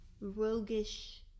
roguish